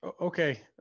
okay